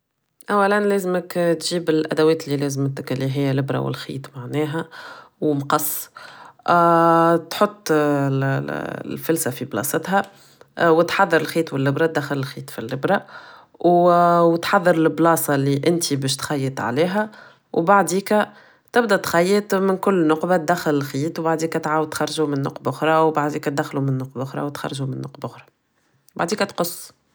اولا لازمك تجيب الادوات اللي لازمتك اللي هي البرة و الخيط معناها و مقص تحب الفلسة في بلاصتها و تحضر الخيط و الابرة تحط الخيط فالبرة و تحضر البلاصة اللي انت باش تخيط عليها و بعديك تبدا تخيط من كل نقبة دخل الخيط و تعاود تخرجو من نقبة اخرى و بعديك دخلو من نقبة اخرى وتخرجو من نقبة اخرى بعديكا تقص